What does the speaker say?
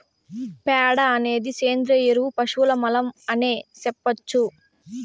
ప్యాడ అనేది సేంద్రియ ఎరువు పశువుల మలం అనే సెప్పొచ్చు